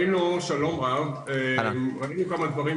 שלום לכולם,